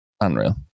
unreal